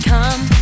Come